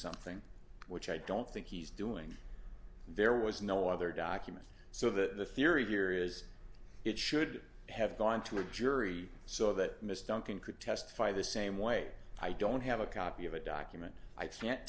something which i don't think he's doing there was no other documents so the theory here is it should have gone to a jury so that mr duncan could testify the same way i don't have a copy of a document i can't